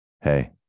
hey